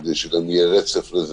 כדי שגם יהיה רצף לזה,